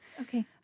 Okay